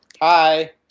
Hi